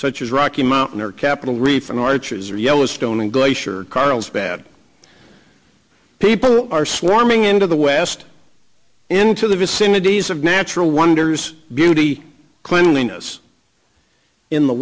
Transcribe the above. such as rocky mountain or capitol reef and archer's or yellowstone and glacier carlsbad people are swarming into the west into the vicinities of natural wonders beauty cleanliness in the